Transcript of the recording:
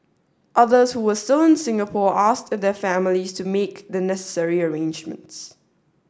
others who were still in Singapore asked their families to make the necessary arrangements